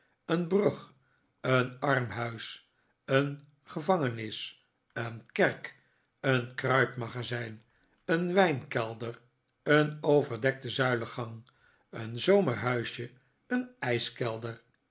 een brug een armhuis een gevangenis een kerk een kruitmagazijn een wijnkelder een overdekte zuilengang een zomerhuisje een